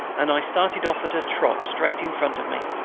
and i started off at a trot straight in front of me,